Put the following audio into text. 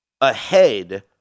ahead